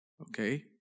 okay